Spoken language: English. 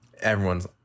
everyone's